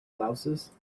louses